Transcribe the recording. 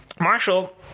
Marshall